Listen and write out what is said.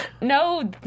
no